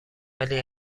ولی